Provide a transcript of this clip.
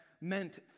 meant